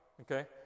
Okay